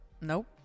Nope